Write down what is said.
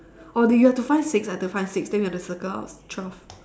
or do you have to find six I have to find six then we have to circle out twelve